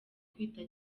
kwita